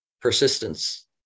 persistence